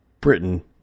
britain